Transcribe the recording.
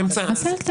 מה זה "אל תענה"?